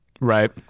Right